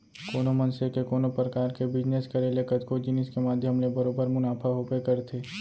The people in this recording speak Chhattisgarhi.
कोनो मनसे के कोनो परकार के बिजनेस करे ले कतको जिनिस के माध्यम ले बरोबर मुनाफा होबे करथे